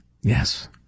Yes